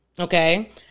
Okay